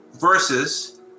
versus